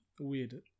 weird